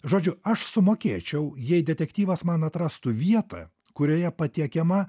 žodžių aš sumokėčiau jei detektyvas man atrastų vietą kurioje patiekiama